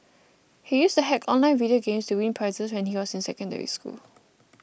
he used to hack online video games to win prizes when he was in Secondary School